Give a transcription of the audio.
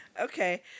okay